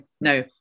no